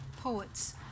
poets